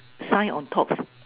sign on top